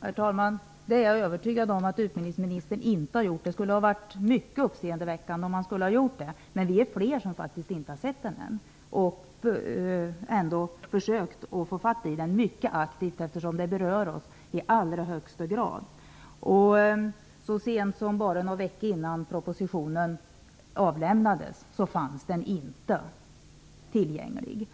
Herr talman! Jag är övertygad om att utbildningsministern inte har gjort det. Det skulle ha varit mycket uppseendeväckande om han hade gjort det. Vi är faktiskt flera som ännu inte har sett förstudien trots att vi mycket aktivt har försökt att få fatt i den, eftersom detta i allra högsta grad berör oss. Så sent som bara någon vecka innan propositionen avlämnades fanns förstudien inte tillgänglig.